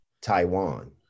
Taiwan